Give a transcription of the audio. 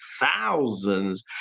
thousands